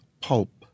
pulp